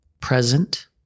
present